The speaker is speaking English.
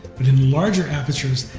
but in larger apertures,